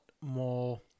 more